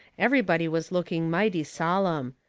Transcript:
everybody was looking mighty sollum.